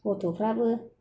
गथ'फ्राबो